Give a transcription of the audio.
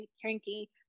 cranky